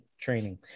training